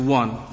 one